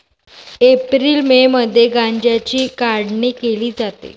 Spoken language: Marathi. एप्रिल मे मध्ये गांजाची काढणी केली जाते